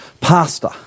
pastor